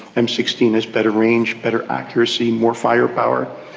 m sixteen has better range, better accuracy, more firepower.